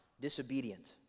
disobedient